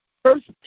First